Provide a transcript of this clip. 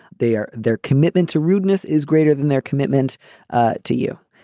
they are. their commitment to rudeness is greater than their commitment ah to you.